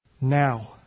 now